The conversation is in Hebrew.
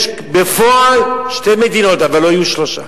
יש בפועל שתי מדינות, אבל לא יהיו שלוש.